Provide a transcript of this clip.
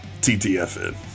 TTFN